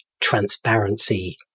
transparency